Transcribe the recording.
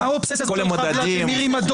מה האובססיה שלך, ולדימיר, עם הדולר?